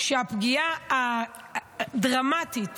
הפגיעה הדרמטית